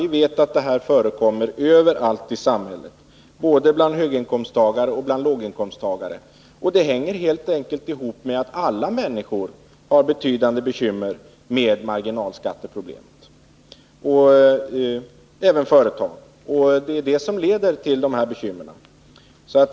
Vi vet att kvittolöshet förekommer överallt i samhället — både bland höginkomsttagare och bland låginkomsttagare. Problemet beror helt enkelt på att alla människor — och även företag — har betydande bekymmer med marginalskatterna.